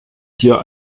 dir